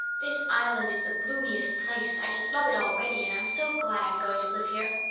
this island is the bloomiest place. i just love it already, and i'm so glad i'm going to live here.